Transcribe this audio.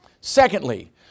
Secondly